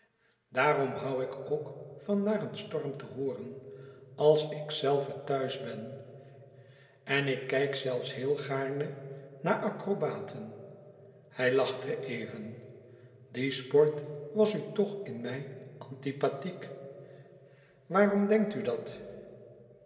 daarom hoû ik ook van naar een storm te hooren als ikzelve thuis ben en ik kijk zelfs heel gaarne naar acrobaten hij lachte even die sport was u toch in mij antipathiek waarom denkt u dat